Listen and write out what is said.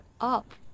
up